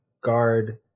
guard